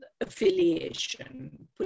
affiliation